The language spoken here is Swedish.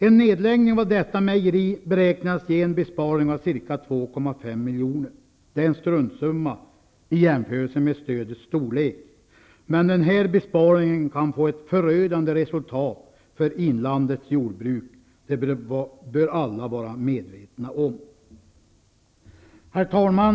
En nedläggning av detta mejeri beräknas ge en besparing på ca 2,5 miljoner. Det är en struntsumma i jämförelse med stödets storlek. Men den här besparingen kan få ett förödande resultat för inlandets jordbruk. Det bör alla vara medvetna om. Herr talman!